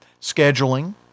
scheduling